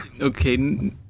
Okay